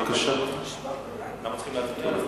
אנחנו צריכים להצביע?